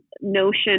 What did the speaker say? notion